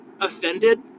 offended